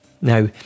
Now